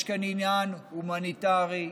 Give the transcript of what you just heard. יש כאן עניין הומניטרי,